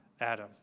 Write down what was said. Adam